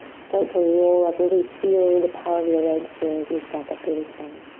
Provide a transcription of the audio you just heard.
start to roll up. really feel the power of your legs here as you stack up through the spine.